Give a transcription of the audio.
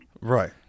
Right